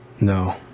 No